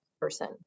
person